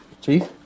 Chief